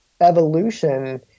evolution